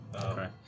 Okay